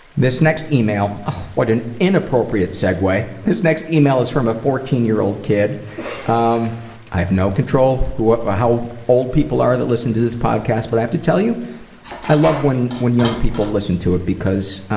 this next email what an inappropriate segue. this next email is from a fourteen year old kid um i have no control ah how old people are that listen to this podcast, but i have to tell you i love when when young people listen to it because